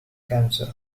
cancer